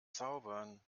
zaubern